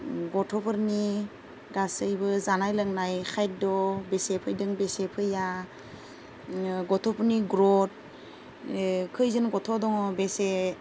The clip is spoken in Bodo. गथ'फोरनि गासैबो जानाय लोंनाय खायद्य' बेसे फैदों बेसे फैया गथ'फोरनि ग्रौथ खैजोन गथ' दङ बेसे